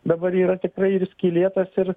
dabar yra tikrai ir skylėtas ir